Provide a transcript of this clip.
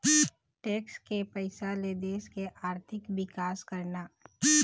tax के पइसा ले देश के आरथिक बिकास करना